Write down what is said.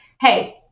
Hey